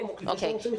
אוקיי.